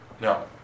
no